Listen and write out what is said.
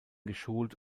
geschult